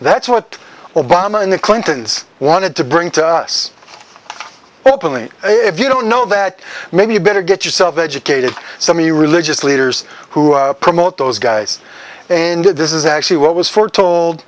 that's what obama and the clintons wanted to bring to us openly if you don't know that maybe you better get yourself educated some of the religious leaders who promote those guys and this is actually what was foretold